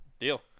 Deal